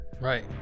Right